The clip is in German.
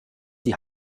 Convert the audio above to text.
die